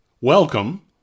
Welcome